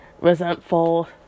resentful